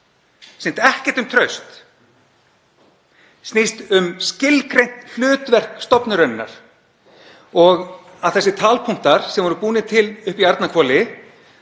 Snýst ekkert um traust. Snýst um skilgreint hlutverk stofnunarinnar. Það að þessir talpunktar sem voru búnir til uppi í Arnarhvoli